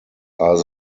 are